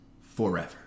forever